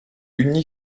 uni